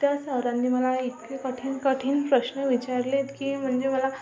त्या सरांनी मला इतके कठीण कठीण प्रश्न विचारलेत की म्हणजे मला